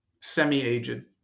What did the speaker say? semi-aged